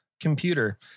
computer